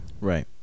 Right